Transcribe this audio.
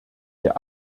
der